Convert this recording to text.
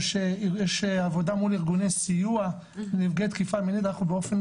או שהעבודה מול ארגוני סיוע נפגעי תקיפה מינית אנחנו באופן